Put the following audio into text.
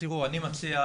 אני מציע,